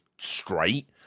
straight